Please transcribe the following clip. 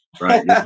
Right